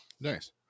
Nice